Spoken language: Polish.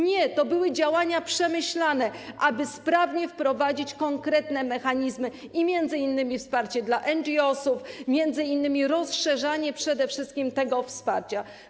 Nie, to były działania przemyślane, aby sprawnie wprowadzić konkretne mechanizmy, m.in. wsparcie dla NGOsów i rozszerzanie przede wszystkim tego wsparcia.